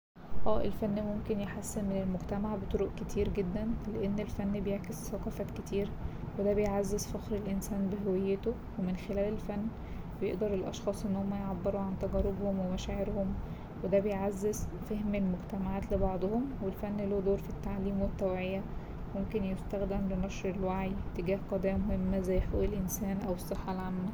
اه الفن ممكن يحسن من المجتمع بطرق كتير جدا لأن الفن بيعكس ثقافات كتير وده بيعزز فخر الإنسان بهويته ومن خلال الفن بيقدر الأشخاص إن هما يعبروا عن تجاربهم ومشاعرهم وده بيعزز فهم المجتمعات لبعضهم والفن له دور في التعليم والتوعية ممكن يستخدم لنشر الوعي تجاه قضايا مهمة زي حقوق الإنسان أو الصحة العامة.